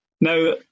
Now